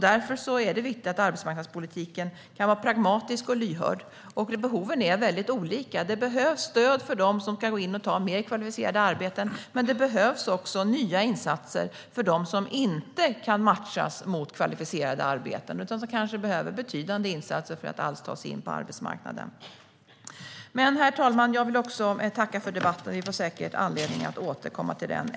Därför är det viktigt att arbetsmarknadspolitiken kan vara pragmatisk och lyhörd. Behoven är olika. Det behövs stöd för dem som ska gå in och ta mer kvalificerade arbeten, men det behövs också nya insatser för dem som inte kan matchas mot kvalificerade arbeten utan kanske behöver betydande insatser för att alls ta sig in på arbetsmarknaden. Herr talman! Jag vill tacka för debatten. Vi får säkert anledning att återkomma till ämnet.